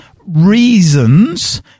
reasons